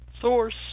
source